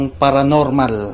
paranormal